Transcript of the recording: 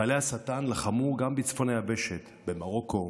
חיילי השטן לחמו גם בצפון היבשת: במרוקו,